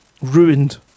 ruined